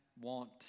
want